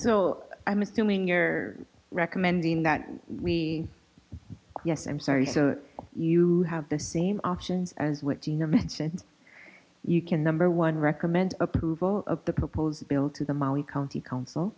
so i'm assuming you're recommending that we yes i'm sorry so you have the same options as what do you mention you can number one recommend approval of the proposed bill to the maui county coun